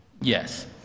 Yes